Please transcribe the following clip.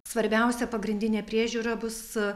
svarbiausia pagrindinė priežiūra bus